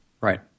Right